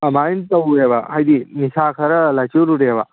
ꯑꯃꯥꯏ ꯇꯧꯋꯦꯕ ꯍꯥꯏꯗꯤ ꯅꯤꯁꯥ ꯈꯔ ꯂꯥꯏꯆꯨꯔꯨꯔꯦꯕ